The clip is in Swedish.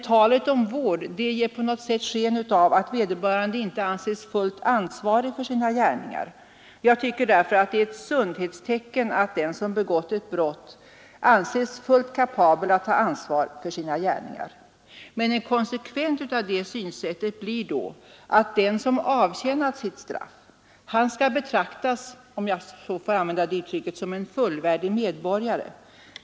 Talet om ”vård” ger på något sätt sken av att vederbörande inte är fullt ansvarig för sina gärningar. Jag tycker därför att det är ett sundhetstecken att den som begått ett brott anses fullt kapabel att ta ansvar för sina gärningar. Men en konsekvens av detta synsätt blir att den som avtjänat sitt straff skall betraktas som en fullvärdig medborgare, om jag får använda det uttrycket.